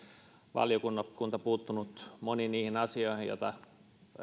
valiokunta puuttunut moniin niihin asioihin joita